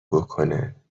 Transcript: بکنه